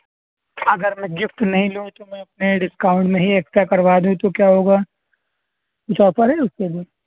اگر میں گفٹ نہیں لوں تو میں اپنے ڈسکاؤنٹ میں ہی ایکسٹرا کروا دوں تو کیا ہوگا کچھ آفر ہے اُس کے لیے